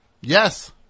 Yes